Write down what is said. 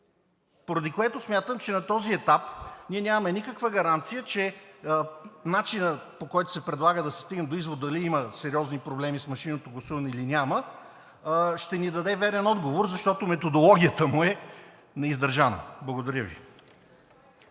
Поради което смятам, че на този етап ние нямаме никаква гаранция, че начинът, по който се предлага да се стигне до извод дали има сериозни проблеми с машинното гласуване, или няма, ще ни даде верен отговор, защото методологията му е неиздържана. Благодаря Ви.